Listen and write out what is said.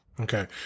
Okay